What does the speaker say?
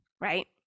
right